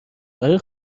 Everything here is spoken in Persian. برای